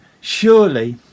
surely